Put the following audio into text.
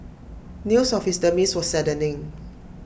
news of his demise were saddening